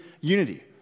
unity